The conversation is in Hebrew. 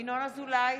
ינון אזולאי,